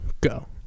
Go